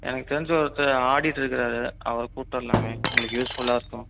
எனக்கு தெரிஞ்ச ஒருத்தர் ஆடிட்டு இருக்கறார் அவரை கூட்டு வரலாமே உங்களுக்கு யூஸ்ஃபுல்லாக இருக்கும்